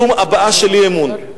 שום הבעה של אי-אמון.